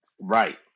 Right